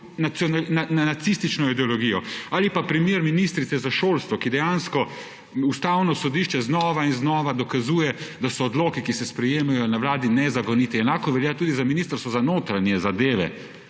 nacistično ideologijo. Ali pa primer ministrice za šolstvo, ki je dejansko Ustavno sodišče znova in znova dokazuje, da so odloki, ki se sprejemajo na vladi, nezakoniti. Enako velja tudi za Ministrstvo za notranje zadeve.